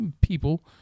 people